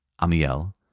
Amiel